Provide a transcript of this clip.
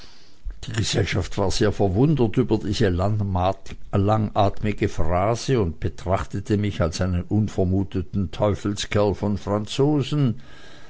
die gesellschaft war sehr verwundert über diese langatmige phrase und betrachtete mich als einen unvermuteten teufelskerl von franzosen